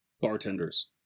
bartenders